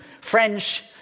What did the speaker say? French